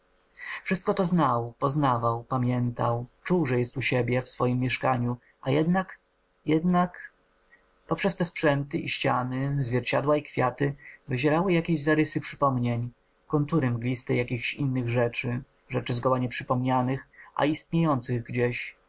wszystko to znał poznawał pamiętał czuł że jest u siebie w swojem mieszkaniu a jednak jednak poprzez te sprzęty i ściany zwierciadła i kwiaty wyzierały jakieś zarysy przypomnień kontury mgliste jakichś innych rzeczy rzeczy zgoła nieprzypomnianych a istniejących gdzieś